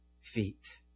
feet